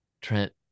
trent